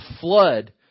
flood